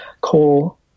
coal